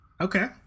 okay